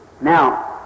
Now